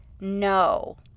no